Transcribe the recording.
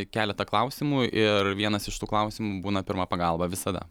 keletą klausimų ir vienas iš tų klausimų būna pirma pagalba visada